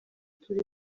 turi